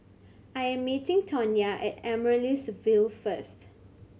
I am meeting Tonya at Amaryllis Ville first